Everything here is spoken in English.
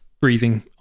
breathing